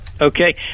Okay